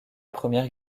première